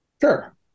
Sure